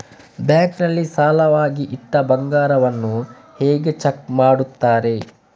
Bank ನಲ್ಲಿ ಸಾಲವಾಗಿ ಇಟ್ಟ ಬಂಗಾರವನ್ನು ಹೇಗೆ ಚೆಕ್ ಮಾಡುತ್ತಾರೆ?